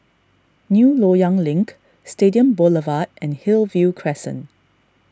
New Loyang Link Stadium Boulevard and Hillview Crescent